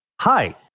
Hi